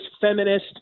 feminist